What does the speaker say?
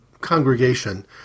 congregation